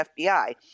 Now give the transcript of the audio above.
FBI